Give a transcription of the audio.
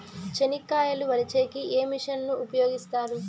చెనక్కాయలు వలచే కి ఏ మిషన్ ను ఉపయోగిస్తారు?